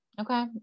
okay